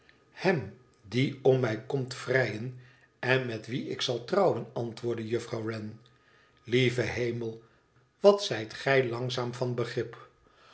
hero die om mij komt vrijen en met wien ik zal trouwen antwoordde juffrouw wren i lieve hemel wat zijt gij langzaam van begrip